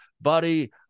buddy